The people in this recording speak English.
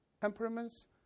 temperaments